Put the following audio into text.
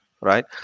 Right